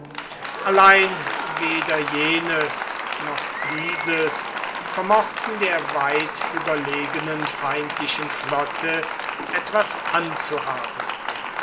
allein weder jenes noch dieses vermochten der weit überlegenen feindlichen flotte etwas anzuhaben